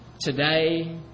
today